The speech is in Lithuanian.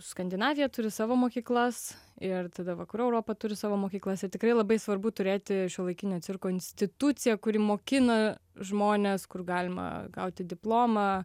skandinavija turi savo mokyklas ir tada vakarų europa turi savo mokyklas ir tikrai labai svarbu turėti šiuolaikinio cirko instituciją kuri mokina žmones kur galima gauti diplomą